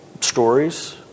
stories